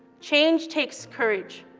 change takes courage,